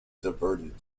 diverted